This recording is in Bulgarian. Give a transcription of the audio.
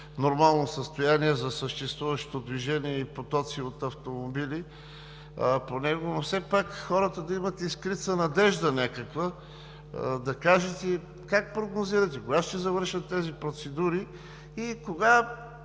нормално състояние за съществуващото движение, потоци от автомобили по него – да имат някаква искрица надежда. Да кажете как прогнозирате: кога ще завършат тези процедури и кога